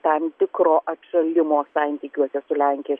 tam tikro atšalimo santykiuose su lenkija